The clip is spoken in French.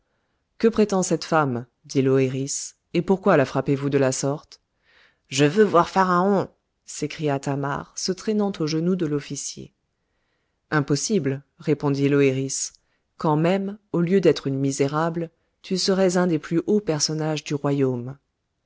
que prétend cette femme dit l'oëris et pourquoi la frappez vous de la sorte je veux voir pharaon s'écria thamar se traînant aux genoux de l'officier impossible répondit l'oëris quand même au lieu d'être une misérable tu serais un des plus hauts personnages du royaume